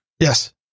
Yes